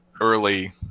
early